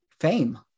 fame